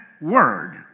word